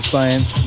Science